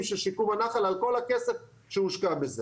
של שיקום הנחל על כל הכסף שהושקע בזה.